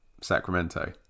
Sacramento